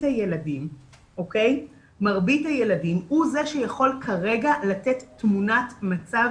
הילדים הוא זה שיכול כרגע לתת תמונת מצב